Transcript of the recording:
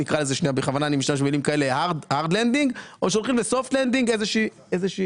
או שהולכים לאיזושהי